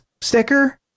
sticker